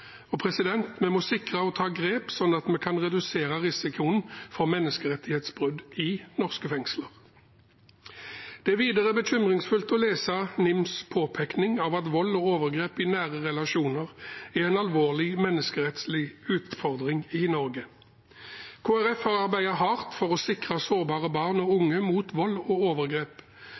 og vi må ta grep slik at vi kan redusere risikoen for menneskerettighetsbrudd i norske fengsler. Det er videre bekymringsfullt å lese NIMs påpekning av at vold og overgrep i nære relasjoner er en alvorlig menneskerettslig utfordring i Norge. Kristelig Folkeparti har arbeidet hardt for å sikre sårbare barn og unge mot vold og overgrep,